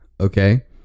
Okay